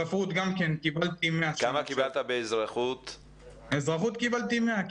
ספרות גם כן קיבלתי 100. אזרחות ספרות